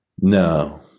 No